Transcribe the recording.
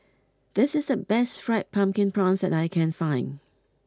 this is the best Fried Pumpkin Prawns that I can find